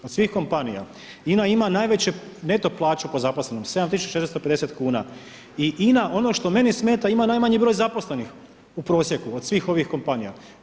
Od svih kompanija INA ima najveću neto plaću po zaposlenom 7.450 kuna i INA ono što meni smeta imala najmanji broj zaposlenih u prosjeku od svih ovih kompanija.